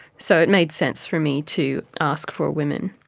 so it made sense for me to ask for women.